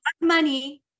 Money